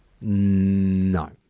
No